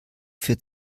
für